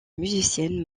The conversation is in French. musicienne